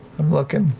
i'm looking.